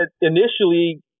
initially